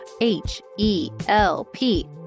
h-e-l-p